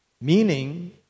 Meaning